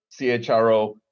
CHRO